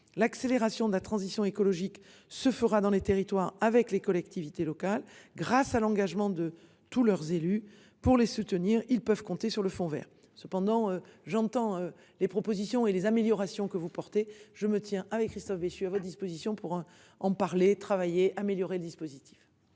l'accélération de la transition écologique se fera dans les territoires avec les collectivités locales grâce à l'engagement de tous leurs élus pour les soutenir, ils peuvent compter sur le fond Vert cependant j'entends les propositions et les améliorations que vous portez. Je me tiens avec Christophe Béchu à votre disposition pour en parler et travailler. Améliorer le dispositif.